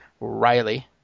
Riley